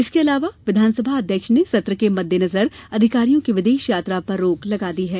इसके अलावा विधानसभा अध्यक्ष ने सत्र के मददेनजर अधिकारियों की विदेश यात्रा पर रोक लगा दी है